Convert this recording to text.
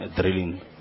drilling